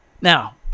Now